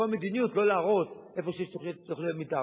לקבוע מדיניות לא להרוס במקום שיש תוכניות מיתאר,